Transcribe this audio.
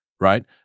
Right